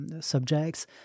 subjects